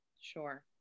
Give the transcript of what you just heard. Sure